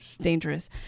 dangerous